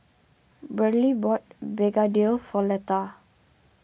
Briley bought Begedil for Letha